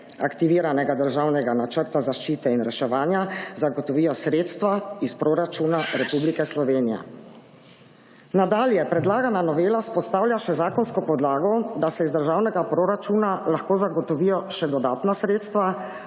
aktiviranega državnega načrta zaščite in reševanja zagotovijo sredstva iz proračuna Republike Slovenije. Nadalje predlagana novela vzpostavlja še zakonsko podlago, da se iz državnega proračuna lahko zagotovijo še dodatna sredstva